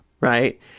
right